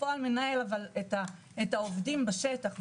אבל מיש בפועל מנהל את העובדים בשטח,